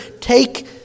take